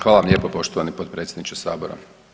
Hvala vam lijepo poštovani potpredsjedniče Sabora.